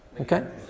Okay